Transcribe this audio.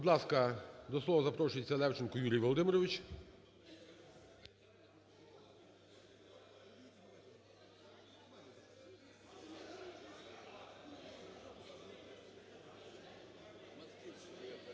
Будь ласка, до слова запрошується Левченко Юрій Володимирович.